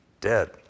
dead